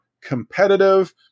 competitive